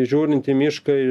žiūrint į mišką į